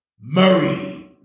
Murray